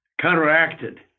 counteracted